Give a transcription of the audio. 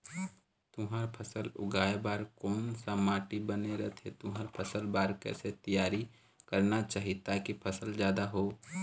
तुंहर फसल उगाए बार कोन सा माटी बने रथे तुंहर फसल बार कैसे तियारी करना चाही ताकि फसल जादा हो?